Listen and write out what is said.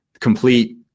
Complete